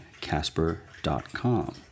Casper.com